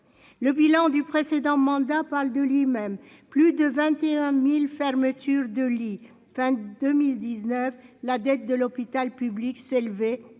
le bilan du précédent mandat parle de lui-même, plus de 21000 fermetures de lits, fin 2019 la dette de l'hôpital public s'élevait